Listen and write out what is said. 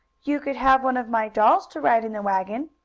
you could have one of my dolls to ride in the wagon,